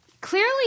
clearly